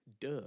duh